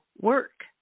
work